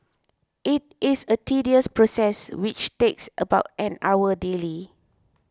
it is a tedious process which takes about an hour daily